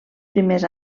primers